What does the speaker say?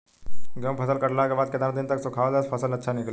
गेंहू फसल कटला के बाद केतना दिन तक सुखावला से फसल अच्छा निकली?